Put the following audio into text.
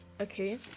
Okay